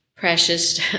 Precious